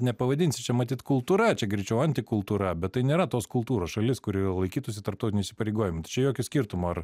nepavadinsi čia matyt kultūra čia greičiau antikultūra bet tai nėra tos kultūros šalis kuri laikytųsi tarptautinių įsipareigojimų tai čia jokio skirtumo ar